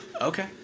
Okay